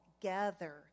gather